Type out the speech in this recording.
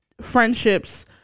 friendships